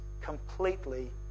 completely